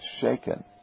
shaken